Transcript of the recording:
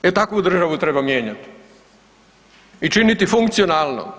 E takvu državu treba mijenjati i činiti funkcionalno.